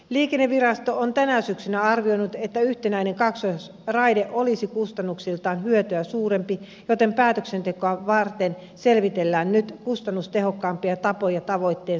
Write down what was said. liikennevirasto on tänä syksynä arvioinut että yhtenäinen kaksoisraide olisi kustannuksiltaan hyötyä suurempi joten päätöksentekoa varten selvitellään nyt kustannustehokkaampia tapoja tavoitteen saavuttamiseksi